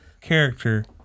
character